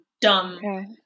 dumb